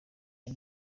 aya